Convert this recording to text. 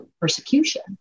persecution